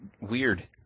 weird